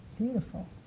beautiful